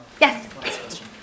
Yes